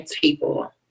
people